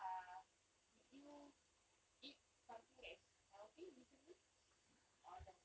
uh did you eat something that is healthy recently or not